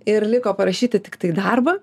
ir liko parašyti tiktai darbą